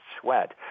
sweat